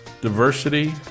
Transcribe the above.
diversity